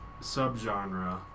subgenre